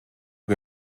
que